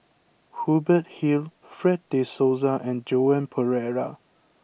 Hubert Hill Fred de Souza and Joan Pereira